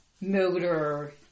motor